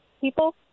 people